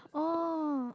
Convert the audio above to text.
oh